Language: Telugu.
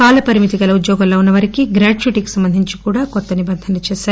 కాల పరిమితి గల ఉద్యోగాల్లో ఉన్న వారికి గ్రాట్యుటీకి సంబంధించి కూడా కొత్త నిబంధనలు చేశారు